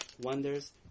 wonders